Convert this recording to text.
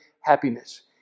happiness